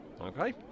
Okay